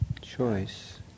Choice